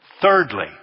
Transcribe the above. Thirdly